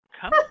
Come